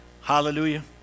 hallelujah